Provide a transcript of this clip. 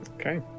Okay